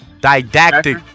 Didactic